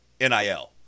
NIL